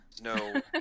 No